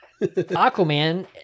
Aquaman